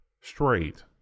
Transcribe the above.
Straight